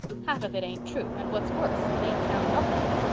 half of it ain't true, and, what's worse, it ain't sound doctrine.